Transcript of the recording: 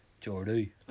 Jordy